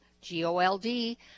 G-O-L-D